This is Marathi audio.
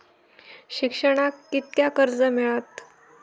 शिक्षणाक कीतक्या कर्ज मिलात?